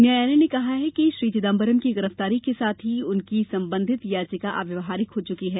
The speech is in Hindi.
न्यायालय ने कहा कि श्री चिदम्बरम की गिरफ्तारी के साथ ही उनकी संबंधित याचिका अव्यावहारिक हो चुकी है